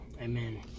amen